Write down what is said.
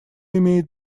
имеет